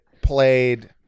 played